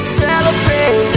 celebrate